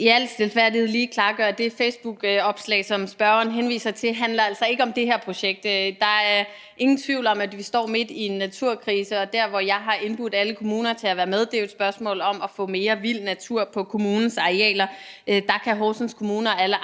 i al stilfærdighed lige klargøre, at det facebookopslag, som spørgeren henviser til, altså ikke handler om det her projekt. Der er ingen tvivl om, at vi står midt i en naturkrise, og dér, hvor jeg har indbudt alle kommuner til at være med, er i spørgsmålet om at få mere vild natur på kommunens arealer. Og der kan Horsens Kommune og alle andre